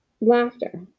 laughter